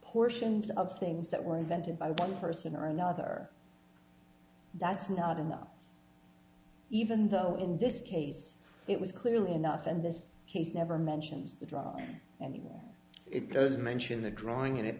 portions of things that were invented by one person or another that's not enough even though in this case it was clearly enough and this case never mentions the draw and the more it doesn't mention the drawing